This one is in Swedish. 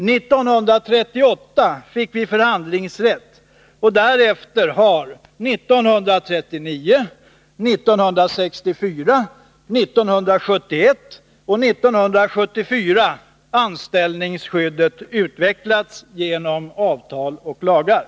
År 1938 fick vi förhandlingsrätt, och därefter har 1939, 1964, 1971 och 1974 anställningsskyddet utvecklats genom avtal och lagar.